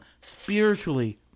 spiritually